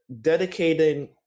dedicating